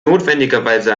notwendigerweise